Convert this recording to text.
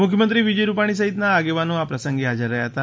મુખ્યમંત્રી વિજય રૂપાણી સહિતના આગેવાનો આ પ્રસંગે હાજર હતા